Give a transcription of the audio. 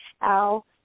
Al